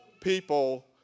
people